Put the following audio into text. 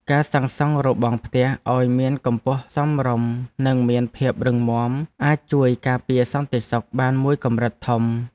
ការសាងសង់របងផ្ទះឱ្យមានកម្ពស់សមរម្យនិងមានភាពរឹងមាំអាចជួយការពារសន្តិសុខបានមួយកម្រិតធំ។